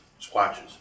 squatches